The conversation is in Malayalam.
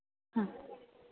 ആ